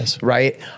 right